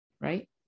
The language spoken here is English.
right